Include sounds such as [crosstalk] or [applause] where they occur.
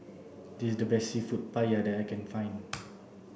this the best Seafood Paella that I can find [noise]